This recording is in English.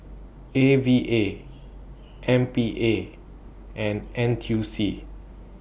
A V A M P A and N T U C